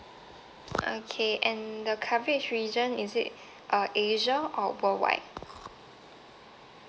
okay and the coverage region is it uh asia or worldwide